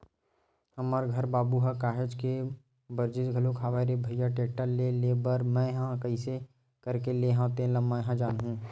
हमर घर बाबू ह काहेच के बरजिस घलोक हवय रे भइया टेक्टर ल लेय बर मैय ह कइसे करके लेय हव तेन ल मैय ह जानहूँ